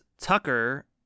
Tucker